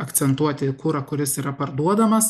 akcentuoti kurą kuris yra parduodamas